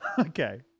Okay